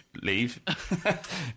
leave